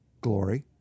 Glory